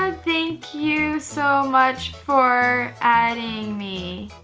um thank you so much for adding me.